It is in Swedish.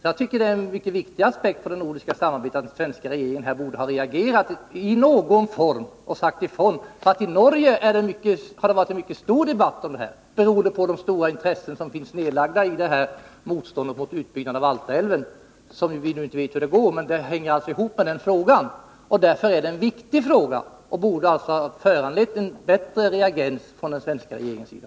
Jag tycker att detta är en mycket viktig aspekt på det nordiska samarbetet — att den svenska regeringen här borde ha reagerat i någon form och sagt ifrån. I Norge har det varit en mycket stor debatt om detta, beroende på de stora intressen som finns när det gäller motståndet mot utbyggnaden av Altaälven. Vi vet nu inte hur det går med det, men det hänger alltså ihop med denna fråga. Därför är det en viktig fråga, och det inträffade borde alltså ha föranlett en bättre reaktion från den svenska regeringens sida.